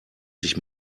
sich